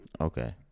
Okay